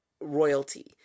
royalty